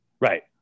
Right